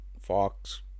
Fox